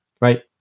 right